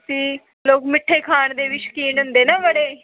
ਅਤੇ ਲੋਕ ਮਿੱਠੇ ਖਾਣ ਦੇ ਵੀ ਸ਼ੌਕੀਨ ਹੁੰਦੇ ਨੇ ਬੜੇ